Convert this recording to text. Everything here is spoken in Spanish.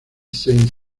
saint